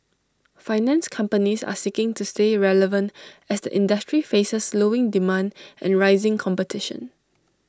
finance companies are seeking to stay relevant as the industry faces slowing demand and rising competition